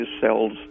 cells